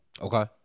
Okay